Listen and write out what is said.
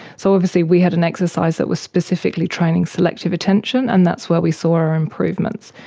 so obviously we had an exercise that was specifically training selective attention and that's where we saw our improvements.